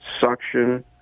suction